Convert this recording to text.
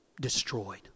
destroyed